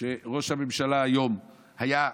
שראש הממשלה היום היה,